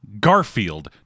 Garfield